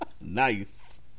nice